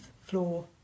floor